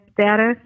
status